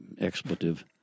expletive